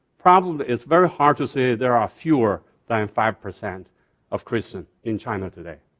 probably it's very hard to say there are fewer than five percent of christian in china today.